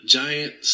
giant